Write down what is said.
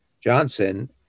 Johnson